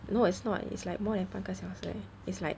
you know it's not it's like more than 半个小时 leh it's like